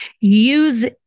Use